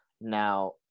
now